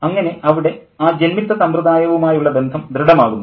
അങ്ങനെ അവിടെ ആ ജന്മിത്ത സമ്പ്രദായവുമായുള്ള ബന്ധം ദൃഢമാകുന്നു